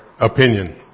opinion